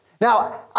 Now